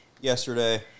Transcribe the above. yesterday